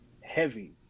heavy